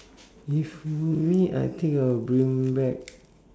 if it were me I think I'll bring back